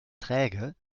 träge